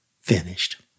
finished